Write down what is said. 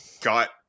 got